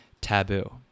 taboo